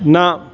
न